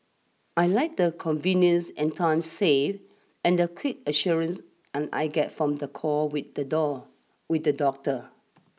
I like the convenience and time saved and the quick assurance and I get from the call with the door with the doctor